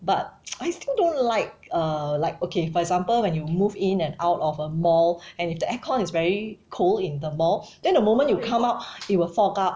but I still don't like uh like okay for example when you move in and out of a mall and if the aircon is very cold in the mall the moment you come out it will fog up